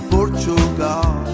Portugal